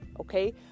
Okay